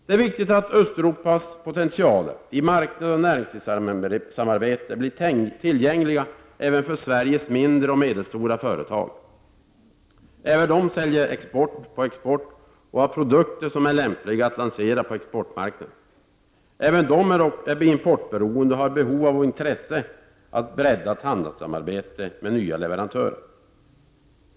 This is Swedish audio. Det är viktigt att Östeuropas potentialer, i marknader och näringslivssamarbete, blir tillgängliga även för Sveriges mindre och medelstora företag. Även de säljer på export och har produkter som är lämpliga att lansera på exportmarknader. Även de är importberoende och har behov och intresse av breddat handelssamarbete med nya leverantörer.